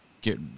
get